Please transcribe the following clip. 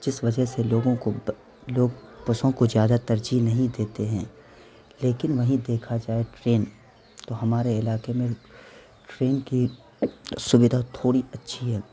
جس وجہ سے لوگوں کو لوگ بسوں کو زیادہ ترجیح نہیں دیتے ہیں لیکن وہیں دیکھا جائے ٹرین تو ہمارے علاقے میں ٹرین کی سویدھا تھوڑی اچھی ہے